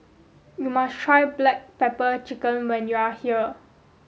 you must try black pepper chicken when you are here